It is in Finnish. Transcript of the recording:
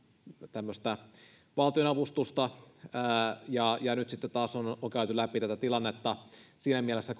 tämmöistä valtionavustusta nyt sitten on taas käyty läpi tätä tilannetta siinä mielessä